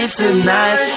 tonight